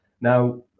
Now